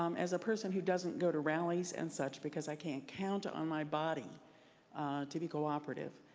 um as a person who doesn't go to rallies and such because i can't count on my body to be cooperative,